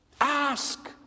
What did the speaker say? Ask